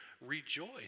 rejoice